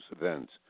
events